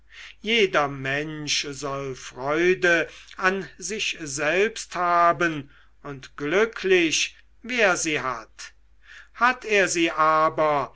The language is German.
jeder mensch soll freude an sich selbst haben und glücklich wer sie hat hat er sie aber